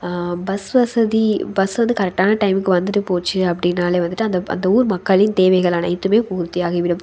bus வசதி bus வந்து கரெக்டான டைமுக்கு வந்துட்டு போச்சு அப்படினாலே வந்துட்டு அந்த அந்த ஊர் மக்களின் தேவைகள் அனைத்துமே பூர்த்தி ஆகிவிடும்